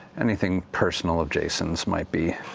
anything personal of jason's might be.